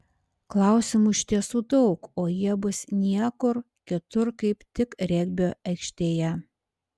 klausimų iš tiesų daug o jie bus niekur kitur kaip tik regbio aikštėje